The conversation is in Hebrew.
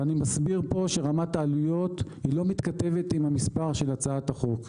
ואני מסביר פה שרמת העלויות לא מתכתבת עם המספר שבהצעת החוק,